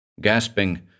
Gasping